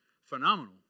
phenomenal